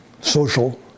social